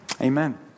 Amen